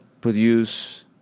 produce